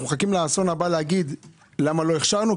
אנחנו מחכים לאסון הבא כדי לומר למה לא הכשרנו?